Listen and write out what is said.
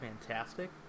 fantastic